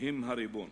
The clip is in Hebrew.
הם הריבון,